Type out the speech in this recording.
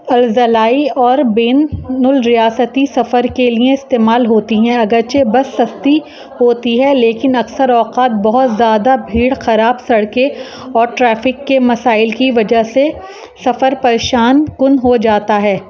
اضلاعی اور بین الریاستی سفر کے لیے استعمال ہوتی ہیں اگرچہ بس سستی ہوتی ہے لیکن اکثر اوقات بہت زیادہ بھیڑ خراب سڑکیں اور ٹریفک کے مسائل کی وجہ سے سفر پریشان کن ہو جاتا ہے